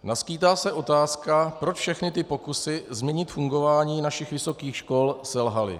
Naskýtá se otázka, proč všechny ty pokusy změnit fungování našich vysokých škol selhaly.